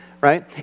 Right